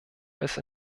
als